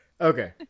Okay